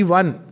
one